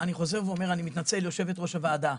אני חוזר ואומר, אני מתנצל יושבת ראש הוועדה.